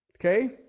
Okay